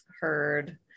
heard